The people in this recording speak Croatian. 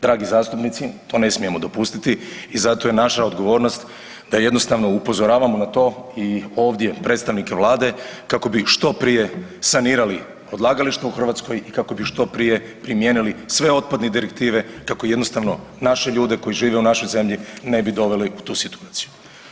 Dragi zastupnici, to ne smijemo dopustiti i zato je naša odgovornost da jednostavno upozoravamo na to i ovdje predstavnike vlade kako bi što prije sanirali odlagališta u Hrvatskoj i kako bi što prije primijenili sve otpadne direktive kako jednostavno naše ljude koji žive u našoj zemlji ne bi doveli u tu situaciju.